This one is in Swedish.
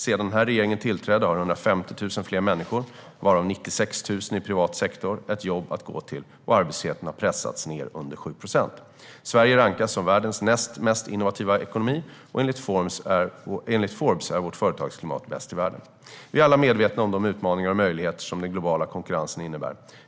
Sedan den här regeringen tillträdde har 150 000 fler människor, varav 96 000 i privat sektor, ett jobb att gå till, och arbetslösheten har pressats ned under 7 procent. Sverige rankas som världens näst mest innovativa ekonomi, och enligt Forbes är vårt företagsklimat bäst i världen. Vi är alla medvetna om de utmaningar och möjligheter som den globala konkurrensen innebär.